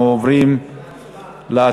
אנחנו עוברים להצבעה.